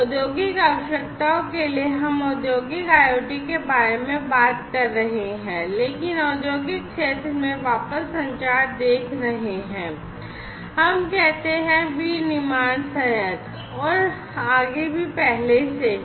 औद्योगिक आवश्यकताओं के लिए हम औद्योगिक IoT के बारे में बात कर रहे हैं लेकिन औद्योगिक क्षेत्र में वापस संचार देख रहे हैं हम कहते हैं विनिर्माण संयंत्र और आगे भी पहले से ही है